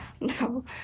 No